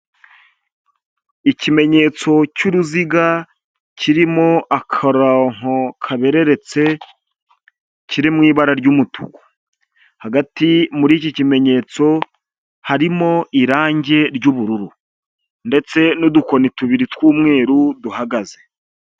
Ikimenyetso cy'uruziga kirimo akaronko kabereretse kiri mu ibara ry'umutuku, hagati muri iki kimenyetso harimo irangi ry'ubururu ndetse n'udukoni tubiri tw'umweru duhagaze.